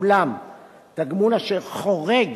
אולם תגמול אשר חורג